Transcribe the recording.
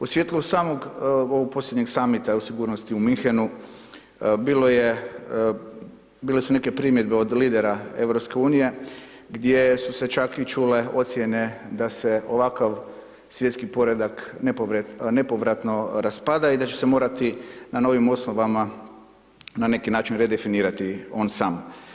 U svjetlu samog ovog posljednjeg summita o sigurnosti u Munchenu, bile su neke primjedbe od lidera EU-a gdje su se čak i čule ocjene da se ovakav svjetski poredak nepovratno raspada i da će se morati na novim osnovama na neki način redefinirati on sam.